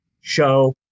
show